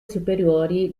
superiori